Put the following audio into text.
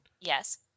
yes